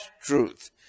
truth